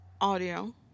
audio